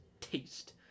taste